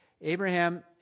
Abraham